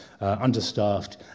understaffed